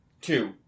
two